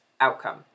outcome